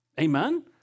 Amen